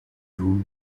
vous